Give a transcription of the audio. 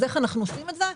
איך אנחנו עושים את זה?